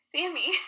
Sammy